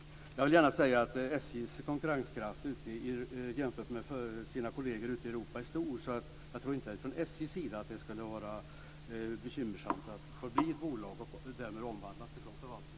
Jag vill gärna säga att SJ:s konkurrenskraft är stor jämfört med kollegerna ute i Europa. Därför tror jag inte att det skulle bli bekymmersamt för SJ att bli ett bolag och därmed omvandlas från en förvaltning.